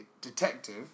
detective